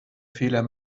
fehler